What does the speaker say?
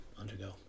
undergo